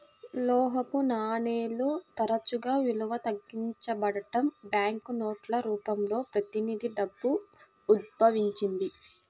లోహపు నాణేలు తరచుగా విలువ తగ్గించబడటం, బ్యాంకు నోట్ల రూపంలో ప్రతినిధి డబ్బు ఉద్భవించింది